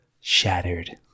shattered